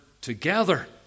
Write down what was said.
together